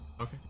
Okay